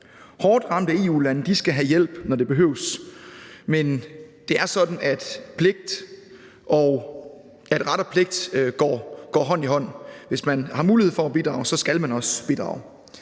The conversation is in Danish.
Hårdt ramte EU-lande skal have hjælp, når det behøves, men det er sådan, at ret og pligt går hånd i hånd. Hvis man har mulighed for at bidrage, så skal man også bidrage.